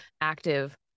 active